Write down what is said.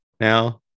now